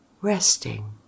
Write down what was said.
resting